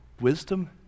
wisdom